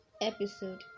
episode